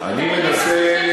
אני מנסה,